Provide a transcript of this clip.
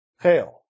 Hail